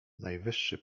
najwyższy